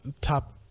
top